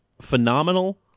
phenomenal